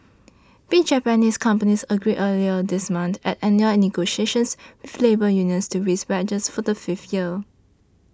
big Japanese companies agreed earlier this month at annual negotiations with labour unions to raise wages for a fifth year